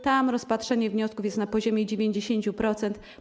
Tam rozpatrzenie wniosków jest na poziomie 90%.